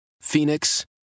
Phoenix